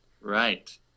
Right